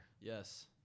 yes